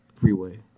freeway